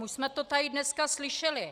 Už jsme to tady dneska slyšeli.